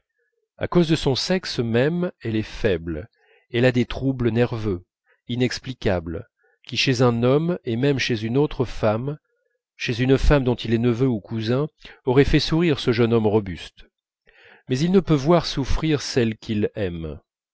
à cause de son sexe même elle est faible elle a des troubles nerveux inexplicables qui chez un homme et même chez une autre femme chez une femme dont il est neveu ou cousin auraient fait sourire ce jeune homme robuste mais il ne peut voir souffrir celle qu'il aime